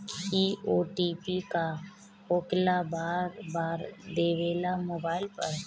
इ ओ.टी.पी का होकेला बार बार देवेला मोबाइल पर?